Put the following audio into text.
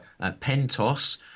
Pentos